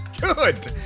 Good